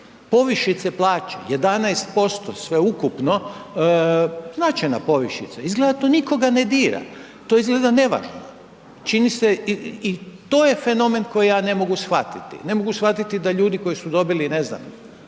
Povišice plaće, 11%, sveukupno, značajna povišica, izgleda to nikoga ne dira, to izgleda nevažno. Čini se i to je fenomen koji ja ne mogu shvatiti. Ne mogu shvatiti da ljudi koji su dobili ne znam,